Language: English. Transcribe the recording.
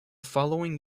following